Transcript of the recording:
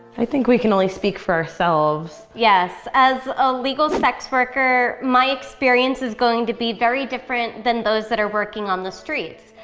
i think we can only speak for ourselves. yes, as a legal sex worker, my experience is going to be very different than those that are working on the streets.